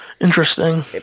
Interesting